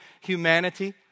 humanity